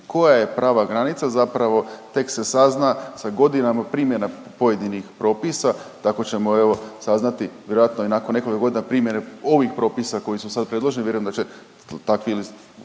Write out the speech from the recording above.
Koja je prava granica zapravo tek se sazna sa godinama primjene pojedinih propisa, tako ćemo evo saznati vjerojatno i nakon nekoliko godina primjene ovih propisa koji su sada predloženi, vjerujem da će takvi